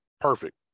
Perfect